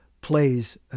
plays